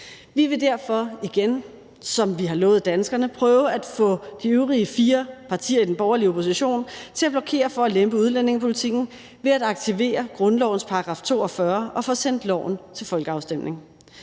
Vi vil derfor igen, som vi har lovet danskerne, prøve at få de øvrige fire partier i den borgerlige opposition til at blokere for at lempe udlændingepolitikken ved at aktivere grundlovens § 42 og få sendt lovforslaget til folkeafstemning.